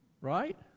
right